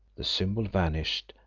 the symbol vanished,